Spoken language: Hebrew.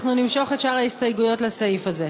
אנחנו נמשוך את שאר הסתייגויות לסעיף הזה.